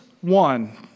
one